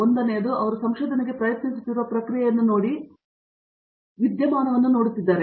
ಒಂದನೆಯದು ಅವರು ಸಂಶೋಧನೆಗೆ ಪ್ರಯತ್ನಿಸುತ್ತಿರುವ ಪ್ರಕ್ರಿಯೆಯನ್ನು ನೋಡಿ ವಿದ್ಯಮಾನವನ್ನು ನೋಡುತ್ತಿದ್ದಾರೆ